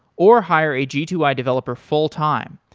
or hire a g two i developer fulltime.